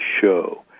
show